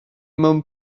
mewn